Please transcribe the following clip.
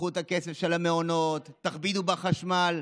קחו את הכסף של המעונות, תכבידו בחשמל,